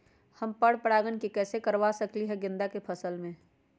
हम पर पारगन कैसे करवा सकली ह गेंदा के फसल में?